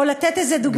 או לתת איזו דוגמה,